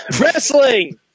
Wrestling